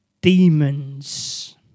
Demons